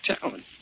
Talent